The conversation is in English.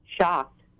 shocked